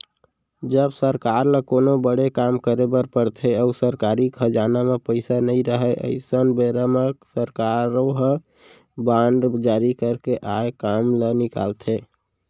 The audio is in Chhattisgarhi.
जब सरकार ल कोनो बड़े काम करे बर परथे अउ सरकारी खजाना म पइसा नइ रहय अइसन बेरा म सरकारो ह बांड जारी करके आए काम ल निकालथे